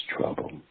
trouble